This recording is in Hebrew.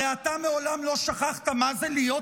הרי אתה מעולם לא שכחת מה זה להיות יהודי,